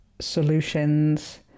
solutions